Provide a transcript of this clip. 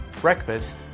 breakfast